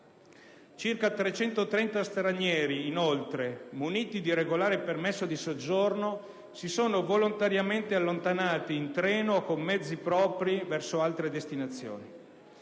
Circa 330 stranieri, inoltre, muniti di regolare permesso di soggiorno, si sono volontariamente allontanati in treno o con mezzi propri, verso altre destinazioni.